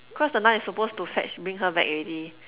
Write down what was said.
cause the Nun is supposed to fetch bring her back already